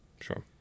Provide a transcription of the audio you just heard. Sure